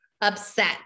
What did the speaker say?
upset